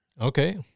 Okay